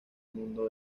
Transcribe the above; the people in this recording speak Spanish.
mundo